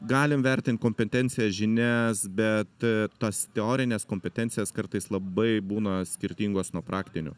galim vertint kompetenciją žinias bet tos teorinės kompetencijos kartais labai būna skirtingos nuo praktinių